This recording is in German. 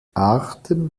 arten